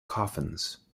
coffins